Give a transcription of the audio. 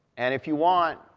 and if you want,